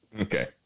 Okay